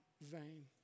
vain